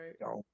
right